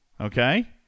Okay